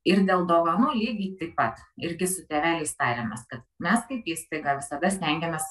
ir dėl dovanų lygiai taip pat irgi su tėveliais tarėmės kad mes kaip įstaiga visada stengiamės